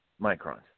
microns